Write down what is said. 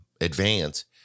advance